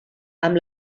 amb